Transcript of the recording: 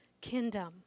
kingdom